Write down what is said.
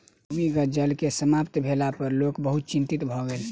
भूमिगत जल के समाप्त भेला पर लोक बहुत चिंतित भ गेल